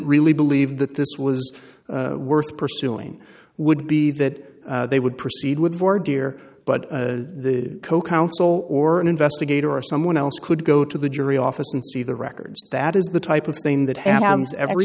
really believed that this was worth pursuing would be that they would proceed with or dear but the co counsel or an investigator or someone else could go to the jury office and see the records that is the type of thing that happens every